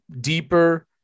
deeper